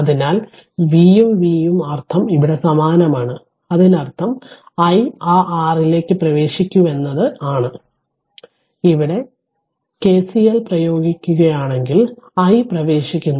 അതിനാൽ V ഉം V ഉം അർത്ഥം ഇവിടെ സമാനമാണ് അതിനർത്ഥം i ആ r ലേക്ക് പ്രവേശിക്കുന്നുവെന്നത് ആണ് ഇവിടെ KCL പ്രയോഗിക്കുകയാണെങ്കിൽ i പ്രവേശിക്കുന്നു